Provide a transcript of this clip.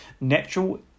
natural